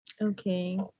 Okay